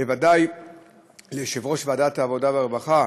בוודאי ליושב-ראש ועדת העבודה והרווחה,